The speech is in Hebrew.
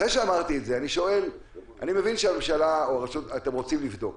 אני מבין שאתם רוצים לבדוק,